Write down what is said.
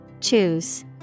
Choose